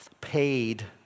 paid